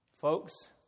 Folks